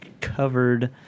covered